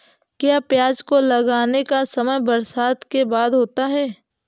क्या प्याज को लगाने का समय बरसात के बाद होता है?